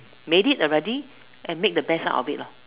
made it already and make the best out of it loh